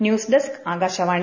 news desk Akashvani